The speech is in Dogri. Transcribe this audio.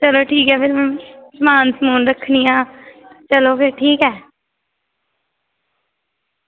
ते चलो ठीक ऐ फिर समान रक्खनी आं चलो फिर ठीक ऐ